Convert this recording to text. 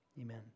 amen